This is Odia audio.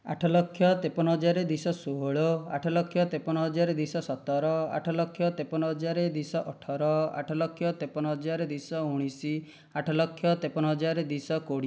ଆଠ ଲକ୍ଷ ତେପନ ହଜାର ଦୁଇଶହ ଷୋହଳ ଆଠ ଲକ୍ଷ ତେପନ ହଜାର ଦୁଇଶହ ସତର ଆଠ ଲକ୍ଷ ତେପନ ହଜାର ଦୁଇଶହ ଅଠର ଆଠ ଲକ୍ଷ ତେପନ ହଜାର ଦୁଇଶହ ଉଣେଇଶ ଆଠ ଲକ୍ଷ ତେପନ ହଜାର ଦୁଇଶହ କୋଡ଼ିଏ